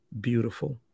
beautiful